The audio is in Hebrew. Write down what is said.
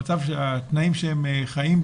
בתנאים שהם חיים,